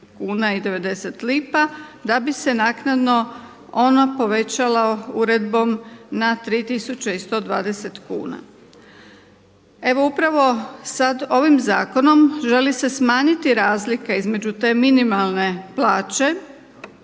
kuna i 90 lipa da bi se naknadno ona povećala uredbom na 3120 kuna. Evo upravo sada ovim zakonom želi se smanjiti razlika između te minimalne plaće